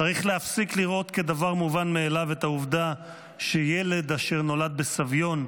"צריך להפסיק לראות כדבר מובן מאליו את העובדה שילד אשר נולד בסביון,